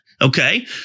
Okay